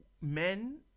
Men